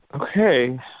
Okay